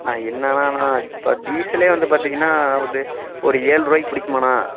அண்ணா என்னணாணா இப்போ டீசலே வந்து பார்த்திங்கன்னா வந்து ஒரு ஏழு ரூபாய்க்கு பிடிக்குமாணா